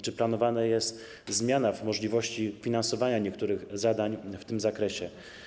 Czy planowana jest zmiana możliwości finansowania niektórych zadań w tym zakresie?